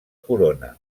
corona